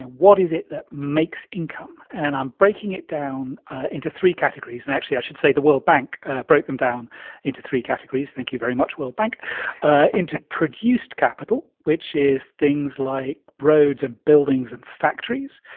what is it that makes income? and i'm breaking it down into three categories. and actually, i should say the world bank broke them down into three categories thank you very much, world bank into produced capital, which is things like roads and buildings and factories,